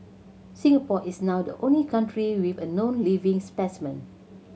Singapore is now the only country with a known living specimen